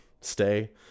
stay